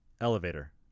elevator